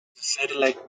satellite